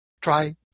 Try